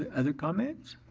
other comments?